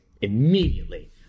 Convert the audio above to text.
Immediately